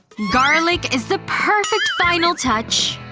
garlic is the perfect final touch.